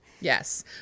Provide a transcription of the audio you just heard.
Yes